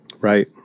Right